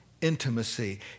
intimacy